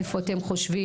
מה אתם חושבים.